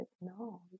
no